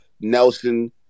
Nelson